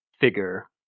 figure